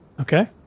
Okay